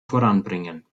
voranbringen